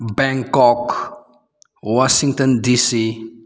Bangkok Washington DC